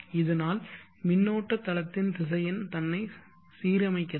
இதனால் மின்னோட்ட தளத்தின் திசையன் தன்னை சீரமைக்கிறது